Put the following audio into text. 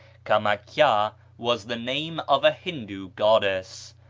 camac-hya was the name of a hindoo goddess.